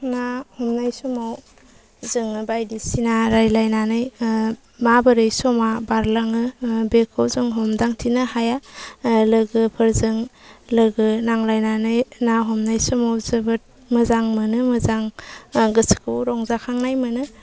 ना हमनाय समाव जोङो बायदिसिना रायलायनानै माबोरै समआ बारलाङो बेखौ जों हमदांथिनो हाया लोगोफोरजों लोगो नांलायनानै ना हमनाय समाव जोबोद मोजां मोनो मोजां गोसोखौ रंजाखांनाय मोनो